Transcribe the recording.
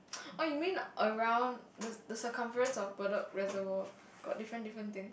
oh you mean around the the circumference of bedok Reservoir got different different thing